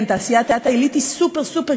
כן, תעשיית העילית היא סופר-סופר-קריטית,